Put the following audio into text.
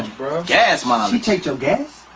whoa. gas mileage? she checks your gas?